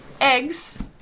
eggs